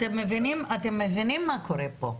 אתם מבינים מה קורה פה?